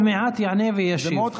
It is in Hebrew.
הוא עוד מעט יעלה וישיב.